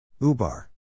Ubar